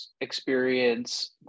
experience